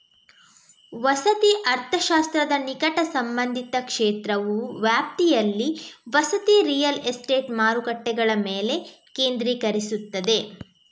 ವಸತಿ ಅರ್ಥಶಾಸ್ತ್ರದ ನಿಕಟ ಸಂಬಂಧಿತ ಕ್ಷೇತ್ರವು ವ್ಯಾಪ್ತಿಯಲ್ಲಿ ವಸತಿ ರಿಯಲ್ ಎಸ್ಟೇಟ್ ಮಾರುಕಟ್ಟೆಗಳ ಮೇಲೆ ಕೇಂದ್ರೀಕರಿಸುತ್ತದೆ